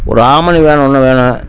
ஒரு Omni van ஒன்று வேணும்